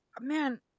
man